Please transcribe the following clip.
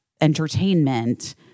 entertainment